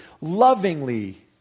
lovingly